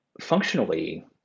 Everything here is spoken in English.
Functionally